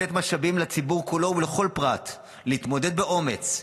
לתת משאבים לציבור כולו ולכל פרט להתמודד באומץ,